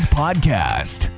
podcast